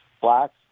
blacks